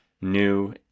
new